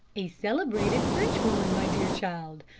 a celebrated frenchwoman, my dear child,